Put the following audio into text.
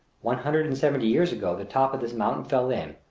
one hundred and seventy years ago the top of this mountain fell in,